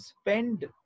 spend